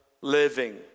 living